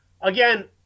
again